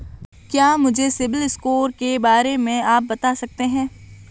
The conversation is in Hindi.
क्या मुझे सिबिल स्कोर के बारे में आप बता सकते हैं?